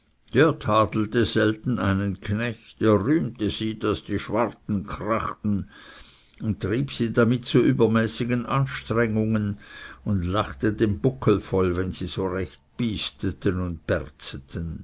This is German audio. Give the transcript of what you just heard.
der tadelte selten einen knecht er rühmte sie daß die schwarten krachten und trieb sie damit zu übermäßigen anstengungen und lachte den buckel voll wenn sie so recht bysteten und